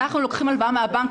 אנחנו לוקחים הלוואה מהבנק,